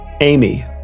Amy